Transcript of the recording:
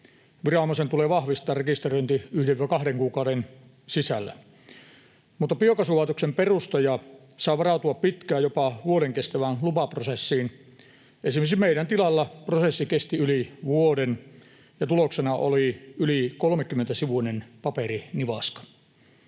viranomaisen tulee vahvistaa rekisteröinti 1—2 kuukauden sisällä, mutta biokaasulaitoksen perustaja saa varautua pitkään, jopa vuoden kestävään lupaprosessiin. Esimerkiksi meidän tilalla prosessi kesti yli vuoden, ja tuloksena oli yli 30-sivuinen paperinivaska.